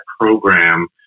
program